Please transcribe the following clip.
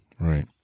right